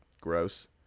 gross